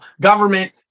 government